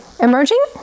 emerging